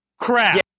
crap